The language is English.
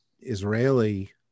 Israeli